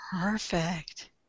perfect